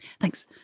Thanks